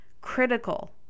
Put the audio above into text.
critical